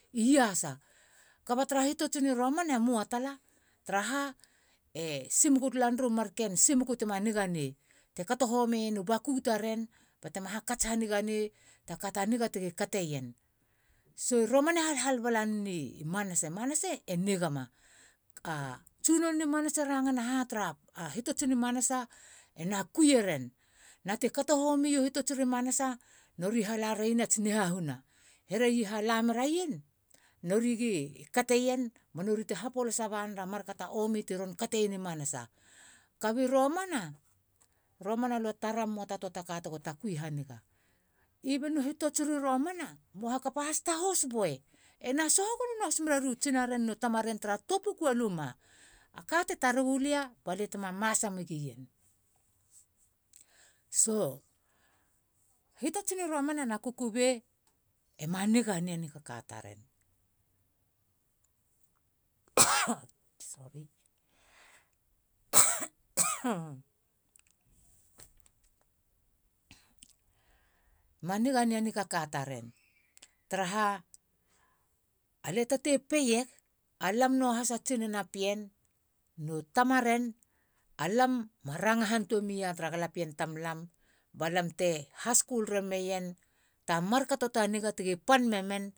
I iasa kuba tra hitotsiri romanamoa tala tara ha, e simuku talar tuturu marken u simuku te ma niganei. te kato homiena u baku taren bate maa hakats haniga ne ri takata nuga tigi kateien. So. romana halhal balan nini manasa. manasa e niga mam. a tsunono ni manasa rangana ha tra hitots ri manasa ena kuieren na te kato homia hitots i manasa nori halaraien ats ni hahuna. hereia halameraien nori gi kateien banori te hapolasa banera man ka omi teron kateien i manasa. Kuba romana. romana lue tare oata ta toataka tego hatakui haniga even hitotsiri romana moa hakapahas ta hos bue ena soho gono nuahas mere tsinaren no tamaren tra toa puku a luma. A kete taregulia balia tema masa me gien. so hitota tsiri romana na kukubei ema niga ne ni. a nikaka taren. ma niganei a nikaka taren taraha alie tate peiega lam nuahas a tsinana pien no tamaren alam a ranga hantuei ma tara galapien tamlam balamte ha skul ramen ta markato ta niga titi pan memen.